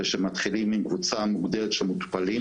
ושמתחילים עם קבוצה מוגדרת של מטופלים,